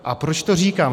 A proč to říkám?